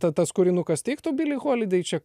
ta tas kūrinukas tiktų bili holidei čia k